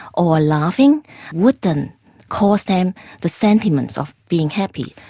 or laughing would then cause them the sentiments of being happy.